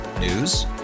News